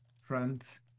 front